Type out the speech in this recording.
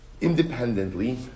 independently